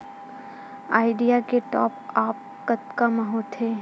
Idea के top आप कतका म होथे?